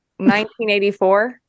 1984